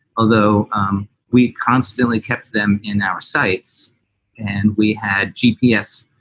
although um we constantly kept them in our sights and we had g p s.